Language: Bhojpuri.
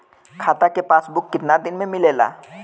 खाता के पासबुक कितना दिन में मिलेला?